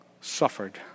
suffered